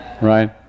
Right